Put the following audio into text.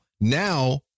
now